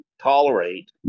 tolerate